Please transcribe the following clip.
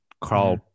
Carl